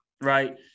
right